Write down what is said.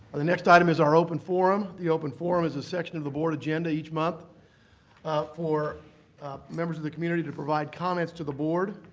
the next item is our open forum. the open forum is a section of the board agenda each month for members of the community to provide comments to the board.